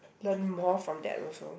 learn more from that also